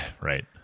right